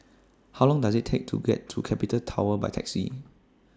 How Long Does IT Take to get to Capital Tower By Taxi